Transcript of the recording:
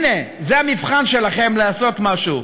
הנה, זה המבחן שלכם לעשות משהו.